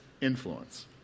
influence